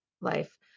life